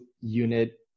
unit